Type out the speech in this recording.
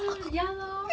ya lor